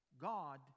God